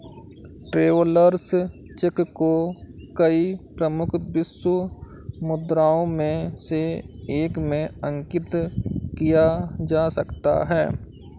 travellers cheque को कई प्रमुख विश्व मुद्राओं में से एक में अंकित किया जा सकता है